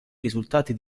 risultati